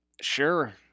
Sure